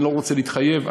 אני לא רוצה להתחייב.